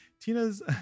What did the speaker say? Tina's